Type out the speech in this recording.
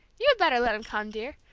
you had better let him come, dear.